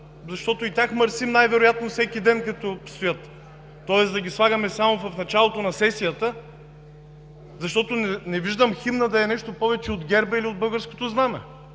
защото и тях мърсим най-вероятно всеки ден като стоят, тоест да ги слагаме само в началото на сесията. Защото не виждам химна да е нещо повече от герба или от българското знаме.